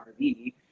RV